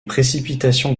précipitations